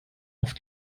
auf